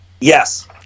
Yes